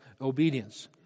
obedience